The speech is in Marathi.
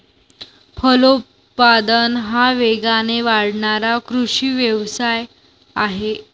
फलोत्पादन हा वेगाने वाढणारा कृषी व्यवसाय आहे